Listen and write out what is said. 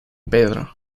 pedro